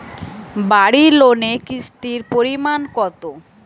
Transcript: বাড়ি লোনে কিস্তির পরিমাণ কত?